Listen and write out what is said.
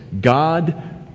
God